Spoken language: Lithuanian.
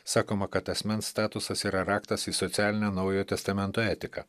sakoma kad asmens statusas yra raktas į socialinę naujo testamento etiką